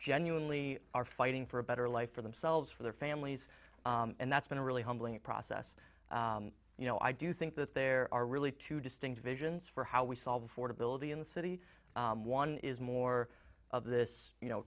genuinely are fighting for a better life for themselves for their families and that's been a really humbling process you know i do think that there are really two distinct visions for how we solve for debility in the city one is more of this you know